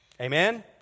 Amen